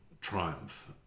triumph